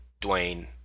Dwayne